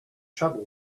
trouble